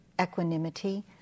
equanimity